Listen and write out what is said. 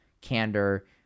candor